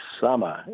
summer